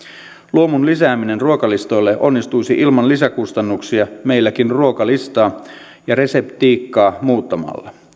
luomun lisääminen ruokalistoille onnistuisi ilman lisäkustannuksia meilläkin ruokalistaa ja reseptiikkaa muuttamalla